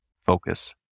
focus